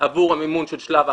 עבור מימון של שלב ההכשרה,